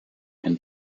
and